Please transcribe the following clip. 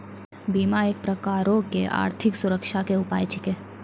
बीमा एक प्रकारो के आर्थिक सुरक्षा के उपाय छिकै